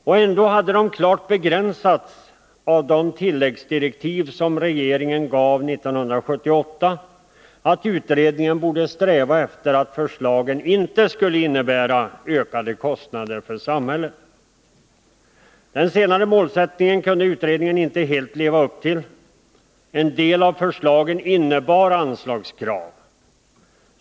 Och ändå hade de klart begränsats av de tilläggsdirektiv som regeringen meddelade 1978, nämligen att utredningen borde sträva efter att förslagen inte skulle innebära ökade kostnader för samhället. Den senare målsättningen kunde utredningen inte helt leva upp till. En del av förslagen innebar anslagskrav.